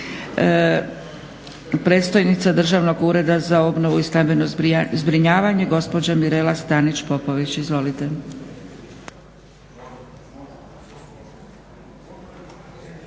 predstojnica Državnog ureda za obnovu i stambeno zbrinjavanje gospođa Mirela Stanić-Popović. Izvolite.